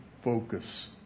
focus